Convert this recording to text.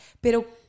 pero